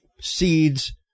seeds